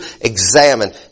examine